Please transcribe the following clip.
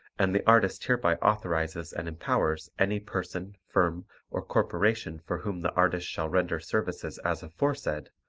and the artist hereby authorizes and empowers any person, firm or corporation for whom the artist shall render services as aforesaid,